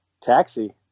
Taxi